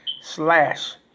slash